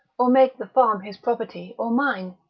or make the farm his property or mine.